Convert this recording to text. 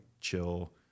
chill